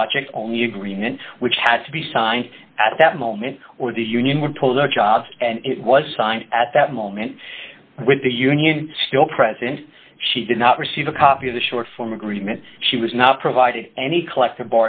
project only agreement which had to be signed at that moment or the union would pull the job and it was signed at that moment with the union still present she did not receive a copy of the short form agreement she was not provided any collective